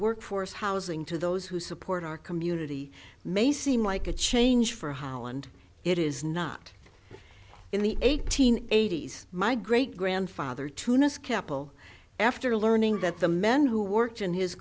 workforce housing to those who support our community may seem like a change for holland it is not in the eight hundred eighty s my great grandfather tunas keppel after learning that the men who worked in his